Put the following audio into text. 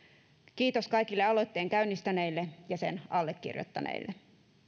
kiitos kaikille aloitteen käynnistäneille ja sen allekirjoittaneille